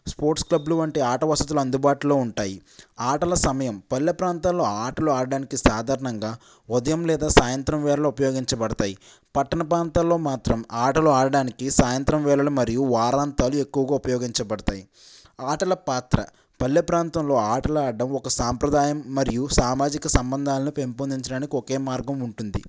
sports క్లబ్లు వంటి ఆట వసతులు అందుబాటులో ఉంటాయి ఆటల సమయం పల్లె ప్రాంతాల్లో ఆటలు ఆడటానికి సాధారణంగా ఉదయం లేదా సాయంత్రం వేళ ఉపయోగించబడతాయి పట్టణ ప్రాంతాల్లో మాత్రం ఆటలు ఆడడానికి సాయంత్రం వేళలు మరియు వారాంతాలు ఎక్కువగా ఉపయోగించబడతాయి ఆటల పాత్ర పల్లె ప్రాంతంలో ఆటలు అడ్డం ఒక సాంప్రదాయం మరియు సామాజిక సంబంధాలను పెంపొందించడానికి ఒకే మార్గం ఉంటుంది